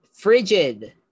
Frigid